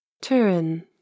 Turin